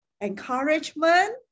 encouragement